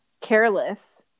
careless